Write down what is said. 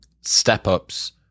step-ups